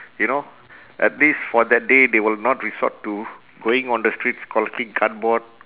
you know at least for that day they will not resort to going on the streets collecting cardboard